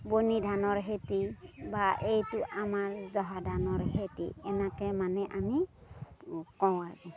বনি ধানৰ খেতি বা এইটো আমাৰ জহা ধানৰ খেতি এনেকে মানে আমি কওঁ আৰু